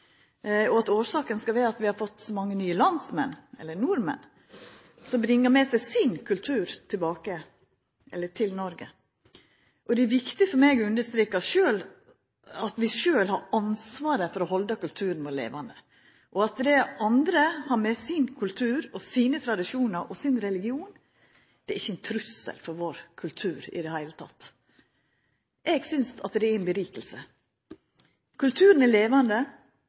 og at årsaken skal vera at vi har fått så mange nye landsmenn, nye nordmenn, som bringer med seg sin kultur til Noreg. Det er viktig for meg å understreka at vi sjølve har ansvaret for å halda kulturen vår levande, og at dei andre – med sin kultur, sine tradisjonar og sin religion – ikkje er ein trussel for vår kultur i det heile. Eg synest at det er ei vinning. Kulturen er levande,